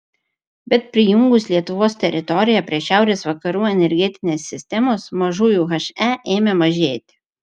bet prijungus lietuvos teritoriją prie šiaurės vakarų energetinės sistemos mažųjų he ėmė mažėti